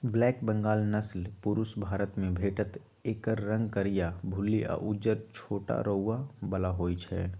black Bengal नसल पुरुब भारतमे भेटत एकर रंग करीया, भुल्ली आ उज्जर छोट रोआ बला होइ छइ